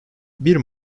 bir